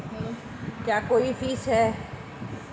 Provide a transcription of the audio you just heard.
क्या कोई फीस है?